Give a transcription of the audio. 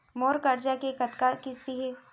मोर करजा के कतका किस्ती हे?